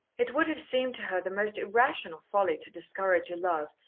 it would have seemed to her the most irrational folly to discourage a love,